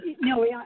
No